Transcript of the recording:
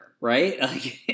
right